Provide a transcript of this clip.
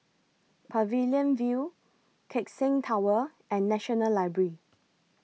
Pavilion View Keck Seng Tower and National Library